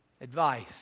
Advice